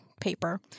paper